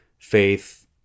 faith